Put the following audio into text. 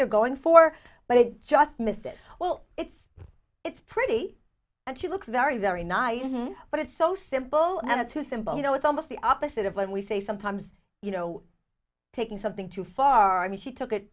they're going for but i just missed it well it's it's pretty and she looks very very nice but it's so simple and it's so simple you know it's almost the opposite of when we say sometimes you know taking something too far and she took it